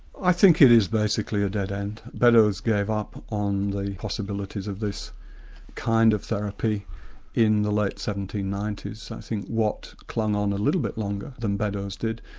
i think it is basically a dead end. beddoes gave up on the possibilities of this kind of therapy in the late seventeen ninety s. i think watt clung on a little bit longer than beddowes did.